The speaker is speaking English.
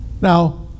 Now